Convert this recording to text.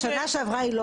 השנה שעברה היא לא